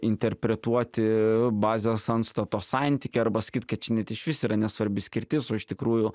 interpretuoti bazės antstato santykį arba sakyt kad čia net išvis yra nesvarbi skirtis o iš tikrųjų